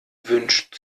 wünscht